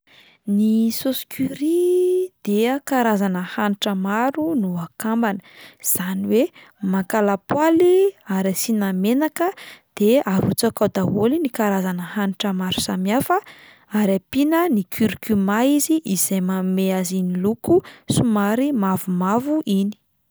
Ny saosy curry dia karazana hanitra maro no akambana izany hoe maka lapoaly ary asiana menaka de arotsaka ao daholo ny karazana hanitra maro samihafa ary ampiana ny curcuma izy izay manome azy iny loko somary mavomavo iny.